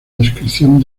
descripción